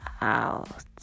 out